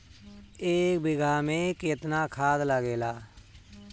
एक बिगहा में केतना खाद लागेला?